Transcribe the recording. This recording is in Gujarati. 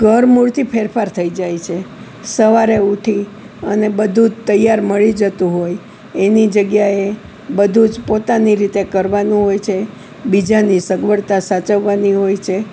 ધરમૂળથી ફેરફાર થઈ જાય છે સવારે ઉઠી અને બધું જ તૈયાર મળી જતું હોય એની જગ્યાએ બધું જ પોતાની રીતે કરવાનું હોય છે બીજાની સગવડતા સાચવવાની હોય છે